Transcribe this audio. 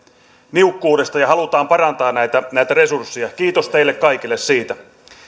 niukkuudesta ja halutaan parantaa näitä resursseja kiitos teille kaikille siitä